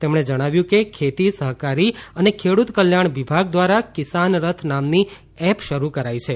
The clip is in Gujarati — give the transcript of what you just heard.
તેમણે જણાવ્યું કે ખેતી સહકારી અને ખેડૂત કલ્યાણ વિભાગ દ્વારા કિસાનરથ નામની એપ શરૂ કરાઈ છે